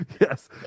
Yes